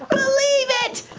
believe it!